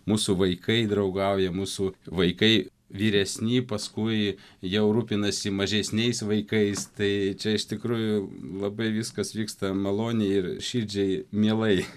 mūsų vaikai draugauja mūsų vaikai vyresni paskui jau rūpinasi mažesniais vaikais tai čia iš tikrųjų labai viskas vyksta maloniai ir širdžiai mielai